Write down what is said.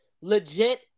legit